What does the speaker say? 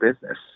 business